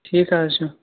ٹھیٖک حظ چھُ